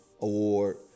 award